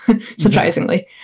surprisingly